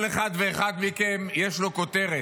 כל אחד ואחד מכם יש לו כותרת: